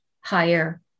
higher